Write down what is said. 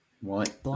White